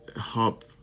help